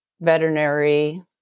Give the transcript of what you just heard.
veterinary